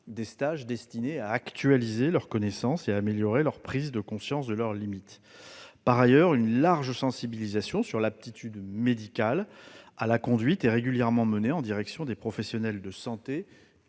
des stages destinés à actualiser leurs connaissances et à améliorer la prise de conscience de leurs limites. Par ailleurs, une large sensibilisation sur l'aptitude médicale à la conduite est régulièrement menée en direction des professionnels de santé